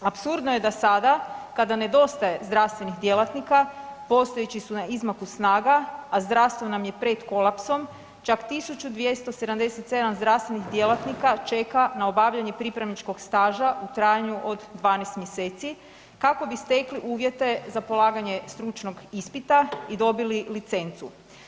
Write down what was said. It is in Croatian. Apsurdno je da sada kada nedostaje zdravstvenih djelatnika, postojeći su na izmaku snaga, a zdravstvo nam je pred kolapsom, čak 1277 zdravstvenih djelatnika čeka na obavljanje pripravničkog staža u trajanju od 12 mjeseci, kako bi stekli uvjete za polaganje stručnog ispita i dobili licencu.